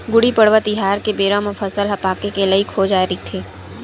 गुड़ी पड़वा तिहार के बेरा म फसल ह पाके के लइक हो जाए रहिथे